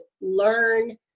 learn